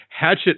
Hatchet